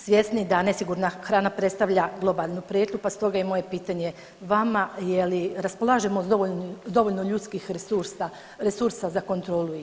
Svjesni da nesigurna hrana predstavlja globalnu prijetnju, pa stoga je moje pitanje vama, je li raspolažemo s dovoljno ljudskih resursa za kontrolu istog?